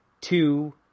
two